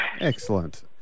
Excellent